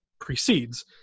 precedes